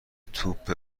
توپ